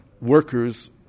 workers